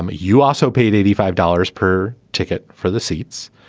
um you also paid eighty five dollars per ticket for the seats.